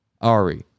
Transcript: Ari